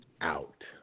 out